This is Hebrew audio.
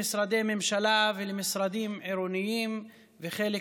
למשרדי ממשלה ולמשרדים עירוניים וחלק,